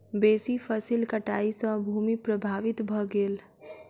बेसी फसील कटाई सॅ भूमि प्रभावित भ गेल